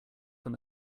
from